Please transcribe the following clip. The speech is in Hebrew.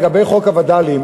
לגבי חוק הווד"לים,